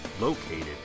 located